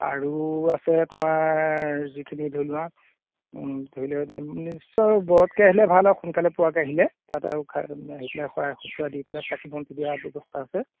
আৰু আছে তোমাৰ যিখিনি ধৰি লোৱা ধৰি লোৱা নিশ্চয় বৰতকে আহিলে ভাল আৰু সোনকালে পোৱাকৈ আহিলে তাত আৰু আহি পেলাই শৰাই সঁফুৰা দি পেলাই চাকি বন্তি দিয়াৰ ব্যৱস্থা আছে